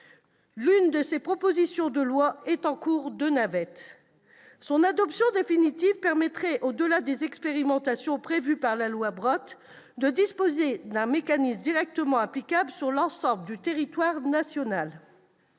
L'une de ces propositions de loi est en cours de navette. Son adoption définitive permettrait, au-delà des expérimentations prévues par la loi Brottes, de disposer d'un mécanisme directement applicable sur l'ensemble du territoire national.